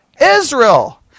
Israel